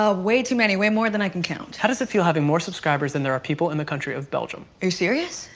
ah way too many. way more than i can count. how does it feel having more subscribers than there are people in the country of belgium? are you serious?